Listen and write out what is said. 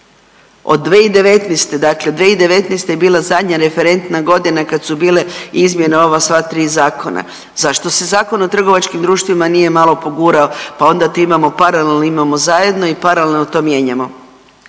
2019. je bila zadnja referentna godina kad su bile izmjene ova sva tri zakona, zašto se Zakon o trgovačkim društvima nije malo pogurao pa onda to imamo paralelno, imamo zajedno i paralelno to mijenjamo.